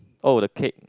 oh the cake